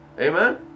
Amen